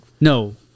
no